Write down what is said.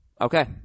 Okay